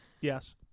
Yes